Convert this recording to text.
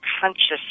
conscious